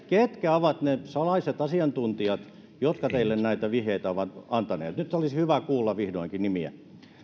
ketkä ovat ne salaiset asiantuntijat jotka teille näitä vihjeitä ovat antaneet nyt olisi hyvä kuulla vihdoinkin nimiä